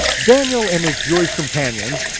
daniel and his jewish companions,